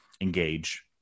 engage